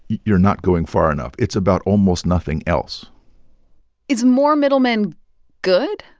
you're not going far enough. it's about almost nothing else is more middlemen good?